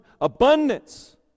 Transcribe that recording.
abundance